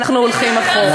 שאנחנו הולכים אחורה.